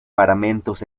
paramentos